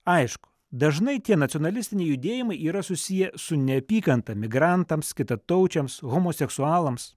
aišku dažnai tie nacionalistiniai judėjimai yra susiję su neapykanta migrantams kitataučiams homoseksualams